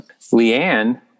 Leanne